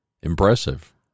Impressive